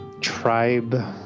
tribe